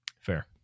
Fair